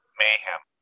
mayhem